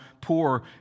poor